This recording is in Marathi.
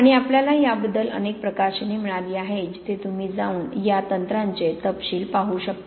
आणि आपल्याला याबद्दल अनेक प्रकाशने मिळाली आहेत जिथे तुम्ही जाऊन या तंत्राचे तपशील पाहू शकता